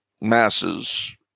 masses